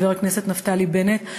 חבר הכנסת נפתלי בנט,